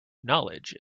knowledge